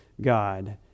God